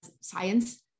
science